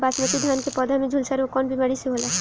बासमती धान क पौधा में झुलसा रोग कौन बिमारी से होला?